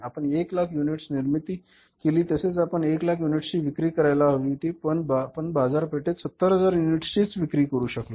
आपण 1 लाख युनिट्स निर्मित केले तसेच आपण 1 लाख युनिट्स ची विक्री करावयास हवी होती पण आपण बाजारपेठेत 70000 युनिट्सची च विक्री करू शकलो